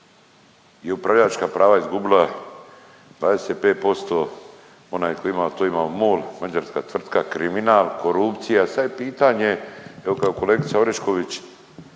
je upravljačka prava izgubila 25% onaj tko ima to ima MOL mađarska tvrtka, kriminal, korupcija, sad je pitanje evo kako je kolegica Orešković,